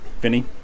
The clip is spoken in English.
Vinny